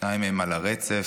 שניים מהם על הרצף,